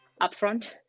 upfront